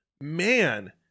man